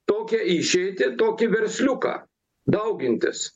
tokią išeitį tokį versliuką daugintis